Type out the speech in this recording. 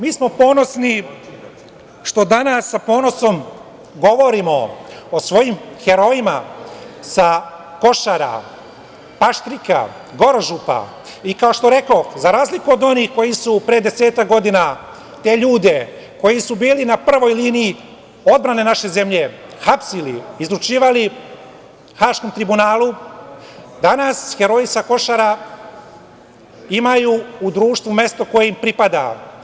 Mi smo ponosni što danas sa ponosom govorimo o svojim herojima, sa Košara, Paštrika, Gorožupa, i kao što rekoh, za razliku od onih koji su pre desetak godina te ljude koji su bili na prvoj liniji odbrane naše zemlje hapsili i izručivali Haškom tribunalu, danas heroji sa Košara, imaju u društvu mesto koje im pripada.